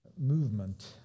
movement